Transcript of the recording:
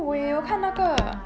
ya